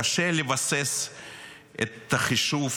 כנראה קשה לבסס את החישוב